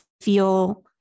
feel